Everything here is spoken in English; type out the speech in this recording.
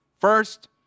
First